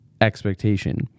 expectation